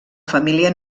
família